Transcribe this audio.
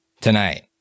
tonight